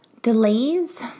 Delays